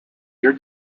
ear